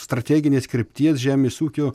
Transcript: strateginės krypties žemės ūkio